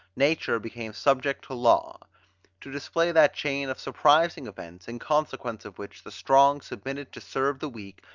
nature became subject to law to display that chain of surprising events, in consequence of which the strong submitted to serve the weak,